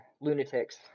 Lunatics